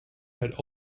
had